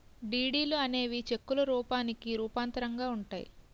డీడీలు అనేవి చెక్కుల రూపానికి రూపాంతరంగా ఉంటాయి